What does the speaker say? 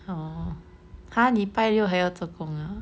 orh !huh! 你拜六还要做工 ah